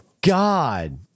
God